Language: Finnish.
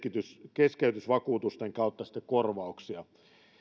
keskeytysvakuutusten kautta sitten korvauksia